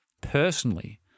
personally